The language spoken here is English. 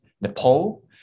Nepal